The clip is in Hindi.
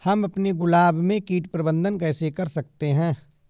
हम अपने गुलाब में कीट प्रबंधन कैसे कर सकते है?